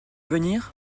venir